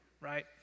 right